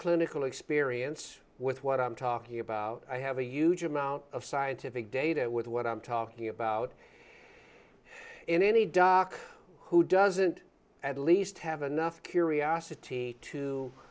clinical experience with what i'm talking about i have a huge amount of scientific data with what i'm talking about in any doc who doesn't at least have enough curiosity to